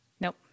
Nope